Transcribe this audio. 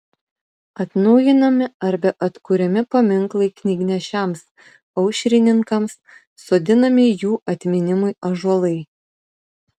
atnaujinami arba atkuriami paminklai knygnešiams aušrininkams sodinami jų atminimui ąžuolai